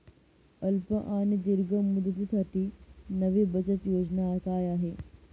अल्प आणि दीर्घ मुदतीसाठी नवी बचत योजना काय आहे?